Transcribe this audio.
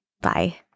bye